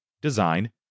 design